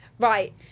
Right